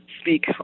speak